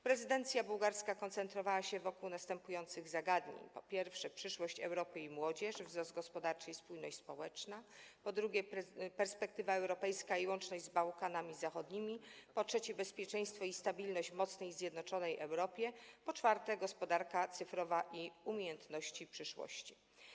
Prezydencja bułgarska koncentrowała się wokół następujących zagadnień: po pierwsze, przyszłości Europy i młodzieży - wzrostu gospodarczego i spójności społecznej, po drugie, perspektywy europejskiej i łączności z Bałkanami Zachodnimi, po trzecie, bezpieczeństwa i stabilności w mocnej i zjednoczonej Europie, po czwarte, gospodarki cyfrowej i umiejętności przyszłości.